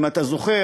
אם אתה זוכר,